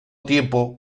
tiempo